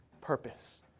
purpose